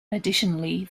additionally